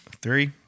Three